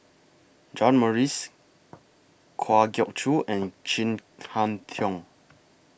John Morrice Kwa Geok Choo and Chin Harn Tong